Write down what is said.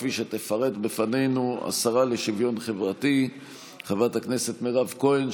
כפי שתפרט בפנינו השרה לשוויון חברתי חברת הכנסת מירב כהן,